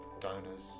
donors